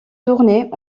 tournées